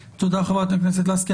תודה, חברת הכנסת לסקי.